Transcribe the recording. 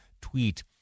tweet